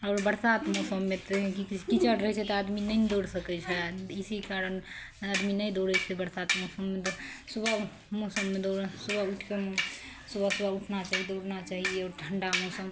आओर बरसात मौसममे तऽ की कहै छै कीचड़ रहै छै तऽ आदमी नहि ने दौड़ सकै छै इसी कारण आदमी नहि दौड़े छै बरसात मौसममे तऽ सुबह मौसममे दौड़ सुबह उठि कऽ सुबह सुबह उठना चाही दौड़ना चाही आओर ठण्ढा मौसम